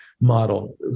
model